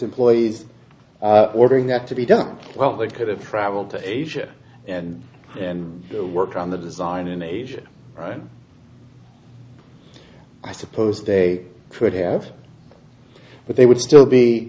employees ordering that to be done well that could have traveled to asia and and worked on the design in asia right i suppose they could have but they would still be